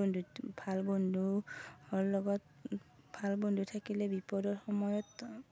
বন্ধুত ভাল বন্ধুৰ লগত ভাল বন্ধু থাকিলে বিপদৰ সময়ত